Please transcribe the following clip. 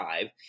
five